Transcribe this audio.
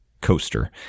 coaster